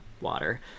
water